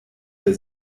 der